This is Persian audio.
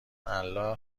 الان